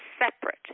separate